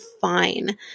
fine